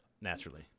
Naturally